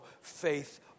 faith